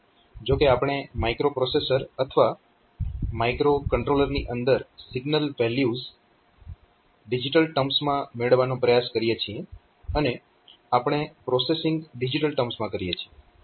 જો કે આપણે માઇક્રોપ્રોસેસર અથવા માઇક્રોકન્ટ્રોલર ની અંદર સિગ્નલ વેલ્યુઝ ડિજીટલ ટર્મ્સ માં મેળવવાનો પ્રયાસ કરીએ છીએ અને આપણે પ્રોસેસિંગ ડિજીટલ ટર્મ્સમાં કરીએ છીએ